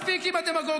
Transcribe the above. מספיק עם הדמגוגיה.